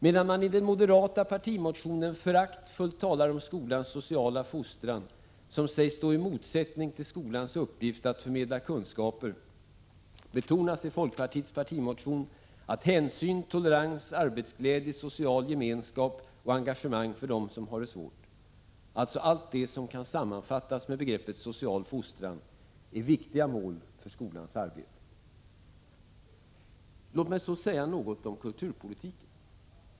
Medan man i den moderata partimotionen föraktfullt talar om skolans sociala fostran, som sägs stå i motsättning till skolans uppgift att förmedla kunskaper, betonas i folkpartiets partimotion att hänsyn, tolerans, arbetsglädje, social gemenskap och engagemang för dem som har det svårt — dvs. allt det som kan sammanfattas med begreppet social fostran — är viktiga mål för skolans arbete. Låt mig säga något om kulturpolitiken.